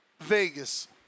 Vegas